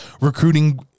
recruiting